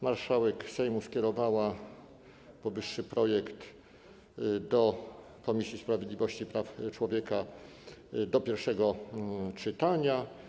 Marszałek Sejmu skierowała powyższy projekt do Komisji Sprawiedliwości i Praw Człowieka do pierwszego czytania.